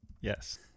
Yes